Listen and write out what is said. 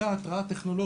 הייתה התרעה טכנולוגית,